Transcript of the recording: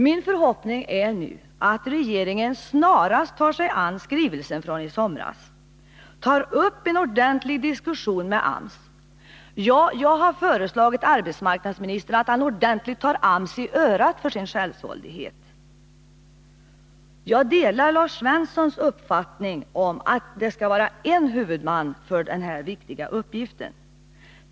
Min förhoppning är nu att regeringen snarast tar sig an skrivelsen från i somras och tar upp en ordentlig diskussion med AMS. Jag har föreslagit att arbetsmarknadsministern skall ta AMS ordentligt i örat för dess självsvåldighet. Jag delar Lars Svenssons uppfattning att det skall vara en huvudman för denna viktiga uppgift.